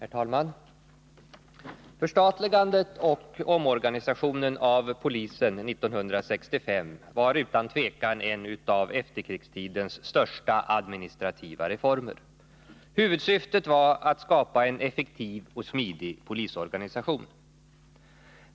Herr talman! Förstatligandet och omorganisationen av polisen år 1965 var utan tvivel en av efterkrigstidens största administrativa reformer. Huvudsyftet var att skapa en effektiv och smidig polisorganisation.